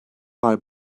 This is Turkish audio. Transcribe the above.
var